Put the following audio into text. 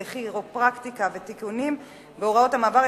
כירופרקטיקה ותיקונים בהוראות המעבר,